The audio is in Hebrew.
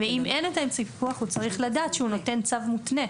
ואם אין את אמצעי הפיקוח הוא צריך לדעת שהוא נותן צו מותנה,